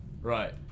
Right